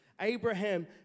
Abraham